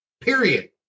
period